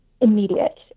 immediate